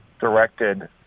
directed